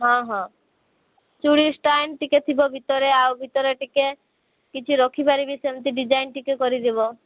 ହଁ ହଁ ଚୁଡ଼ି ଷ୍ଟାଣ୍ଡ ଟିକେ ଥିବ ଭିତରେ ଆଉ ଭିତରେ ଟିକେ କିଛି ରଖିପାରିବି ସେମିତି ଡିଜାଇନ୍ ଟିକେ କରିଦବ